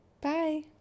Bye